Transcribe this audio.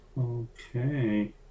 Okay